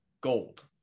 gold